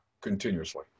continuously